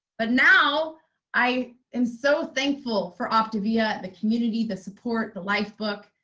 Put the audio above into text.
but now i am so thankful for optavia, the community, the support, the lifebook,